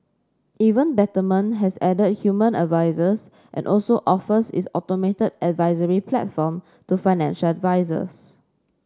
even Betterment has added human advisers and also offers its automated advisory platform to financial advisers